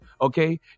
Okay